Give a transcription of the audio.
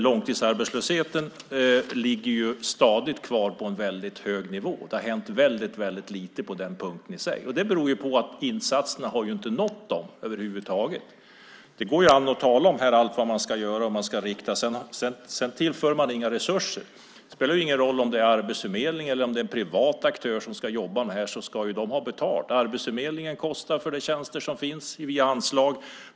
Långtidsarbetslösheten ligger stadigt kvar på en väldigt hög nivå. Det har hänt väldigt lite på den punkten. Det beror på att insatserna inte har nått dem över huvud taget. Det går an att tala om allt man ska göra, men man tillför inga resurser. Det spelar ingen roll om det är Arbetsförmedlingen eller en privat aktör som ska jobba med det här; de ska ändå ha betalt. Arbetsförmedlingens tjänster bekostas via anslag.